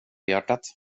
hjärtat